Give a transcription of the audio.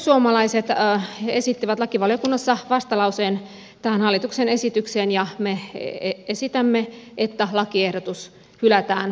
perussuomalaiset esittivät lakivaliokunnassa vastalauseen tähän hallituksen esitykseen ja me esitämme että lakiehdotus hylätään